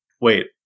Wait